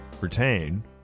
retain